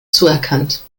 zuerkannt